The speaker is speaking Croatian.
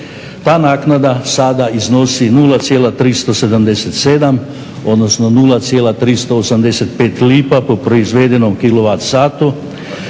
Ta naknada sada iznosi 0,377 odnosno 0,385 lipa po proizvedenom